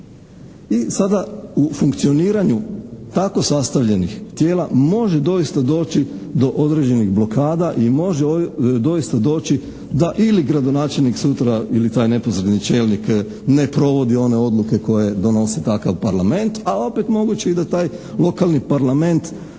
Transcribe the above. I sada u funkcioniranju tako sastavljenih tijela može doista doći do određenih blokada i može doista doći da ili gradonačelnik sutra ili taj neposredni čelnik ne provodi one odluke koje donosi takav parlament, a opet moguće i da taj lokalni parlament